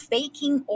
Faking